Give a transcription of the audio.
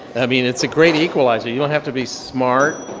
i mean it's a great equalizer. you don't have to be smart.